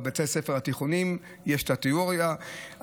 בבתי הספר התיכוניים יש את התיאוריה,